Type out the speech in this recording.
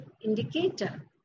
indicator